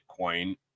Bitcoin